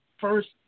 first